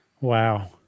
Wow